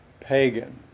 pagan